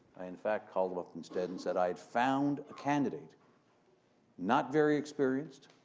i, in fact called him up instead and said i had found a candidate not very experienced,